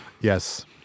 Yes